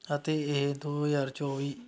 ਅਤੇ ਇਹ ਦੋ ਹਜ਼ਾਰ ਚੌਵੀ